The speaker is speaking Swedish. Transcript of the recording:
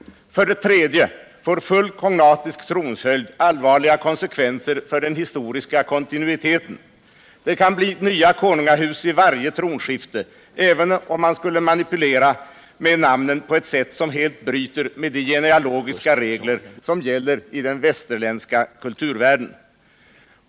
För det tredje får fullt kognatisk tronföljd allvarliga konsekvenser för den historiska kontinuiteten. Det kan bli nya konungahus vid varje tronskifte, även om man skulle manipulera med namnen på ett sätt som helt bryter med de genealogiska regler som gäller i den västerländska kulturvärlden.